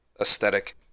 aesthetic